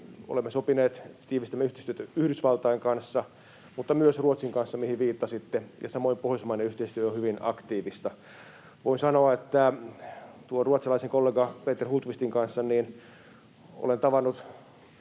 Olemme sopineet, että tiivistämme yhteistyötä Yhdysvaltain kanssa mutta myös Ruotsin kanssa, mihin viittasitte, ja samoin pohjoismainen yhteistyö on hyvin aktiivista. Voin sanoa, että ruotsalaisen kollegani Peter Hultqvistin kanssa olen tavannut